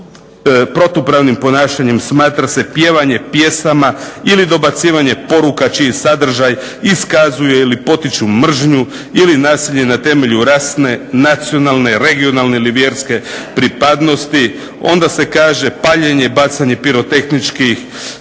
protupravnim ponašanjem smatra se pjevanje pjesama ili dobacivanje poruka čiji sadržaj iskazuje ili potiče mržnju ili nasilje na temelju rasne, nacionalne, regionalne ili vjerske pripadnosti. Onda se kaže paljenje i bacanje pirotehničkih